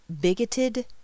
bigoted